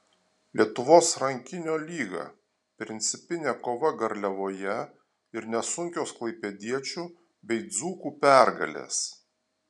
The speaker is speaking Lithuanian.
lietuvos rankinio lyga principinė kova garliavoje ir nesunkios klaipėdiečių bei dzūkų pergalės